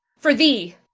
for thee!